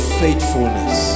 faithfulness